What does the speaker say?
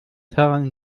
herrn